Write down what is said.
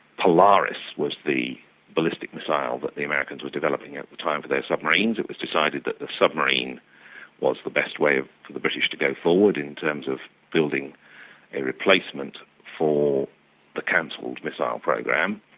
polaris was the ballistic missile that the americans were developing at the time for their submarines. it was decided that the submarine was the best way for the british to go forward in terms of building a replacement for the cancelled missile program.